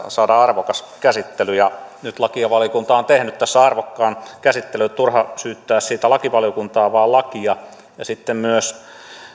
saada arvokas käsittely ja nyt lakivaliokunta on tehnyt tässä arvokkaan käsittelyn turha syyttää lakivaliokuntaa vaan syyttäkää lakia sitten koska